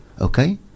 Okay